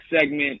segment